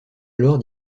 alors